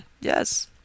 Yes